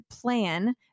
plan